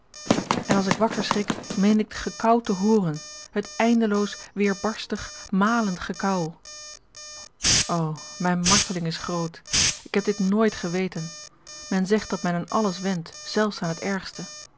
en als ik wakker schrik meen ik het gekauw te hren het eindeloos weerbarstig malend gekauw mijne marteling is groot ik heb dit nooit geweten men zegt dat men aan alles went zèlfs aan het ergste